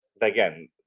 Again